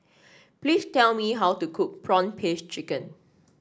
please tell me how to cook prawn paste chicken